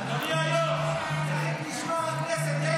אדוני היו"ר, צריך את משמר הכנסת.